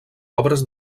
obres